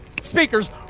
speakers